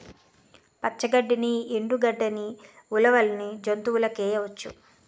పచ్చ గడ్డిని ఎండు గడ్డని ఉలవల్ని జంతువులకేయొచ్చు